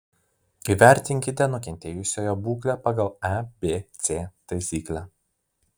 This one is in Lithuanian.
įvertinkite nukentėjusiojo būklę pagal abc taisyklę